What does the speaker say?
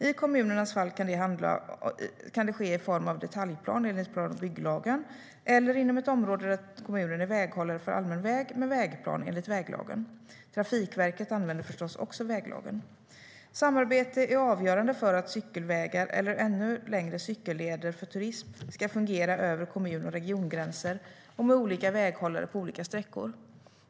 I kommunernas fall kan det ske i form av detaljplan enligt plan och bygglagen , eller, inom ett område där kommunen är väghållare för allmän väg, med vägplan enligt väglagen. Trafikverket använder förstås också väglagen. Samarbete är avgörande för att cykelvägar, eller ännu längre cykelleder för turism, ska fungera över kommun och regiongränser och med olika väghållare på olika sträckor.